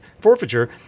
forfeiture